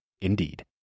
Indeed